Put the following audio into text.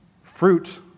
fruit